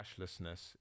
cashlessness